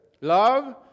Love